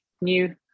new